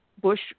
Bush